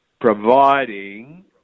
providing